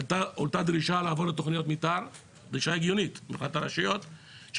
הועלתה דרישה הגיונית מבחינת הרשויות לעבור לתוכניות